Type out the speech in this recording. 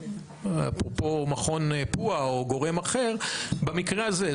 אפרופו מכון פוע"ה או גורם אחר, במקרה הזה?